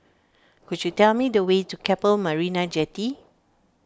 could you tell me the way to Keppel Marina Jetty